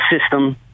system